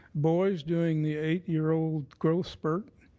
boys doing the eight year old growth spurt,